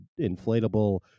inflatable